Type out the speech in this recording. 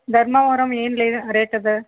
ಧರ್ಮಾವರಮ್ ಏನು ಲೇ ರೇಟ್ ಅದು